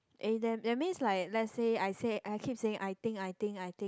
eh that that means like let's say I say I keep saying I think I think I think